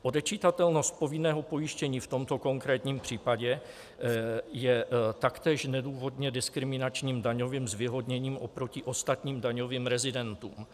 Odečitatelnost povinného pojištění v tomto konkrétním případě je taktéž nedůvodně diskriminačním daňovým zvýhodněním oproti ostatním daňovým rezidentům.